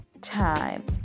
time